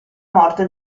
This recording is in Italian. morte